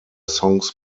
songs